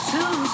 Two